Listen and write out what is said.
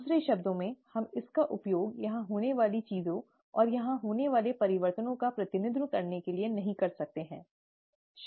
दूसरे शब्दों में हम इसका उपयोग यहाँ होने वाली चीज़ों और यहाँ होने वाले परिवर्तनों का प्रतिनिधित्व करने के लिए नहीं कर सकते हैं